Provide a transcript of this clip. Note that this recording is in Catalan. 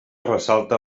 ressalta